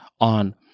on